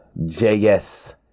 JS